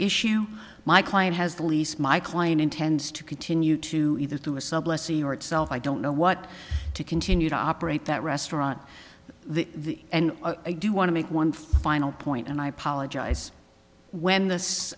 issue my client has the lease my client intends to continue to either through a sub lessee or itself i don't know what to continue to operate that restaurant the and i do want to make one final point and i apologize when this